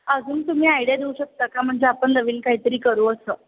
अजून तुम्ही आयडिया देऊ शकता का म्हणजे आपण नवीन काहीतरी करू असं